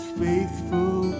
faithful